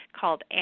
called